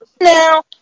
now